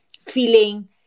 feeling